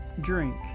drink